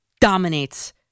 dominates